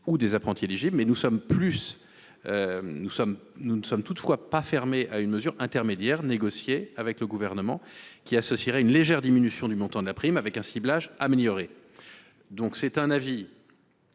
ou des apprentis éligibles. Nous ne sommes toutefois pas fermés, quant à nous, à une mesure intermédiaire négociée avec le Gouvernement, qui associerait une légère diminution du montant de la prime à un ciblage amélioré de l’aide.